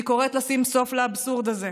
אני קוראת לשים סוף לאבסורד הזה,